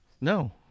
No